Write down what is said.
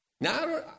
Now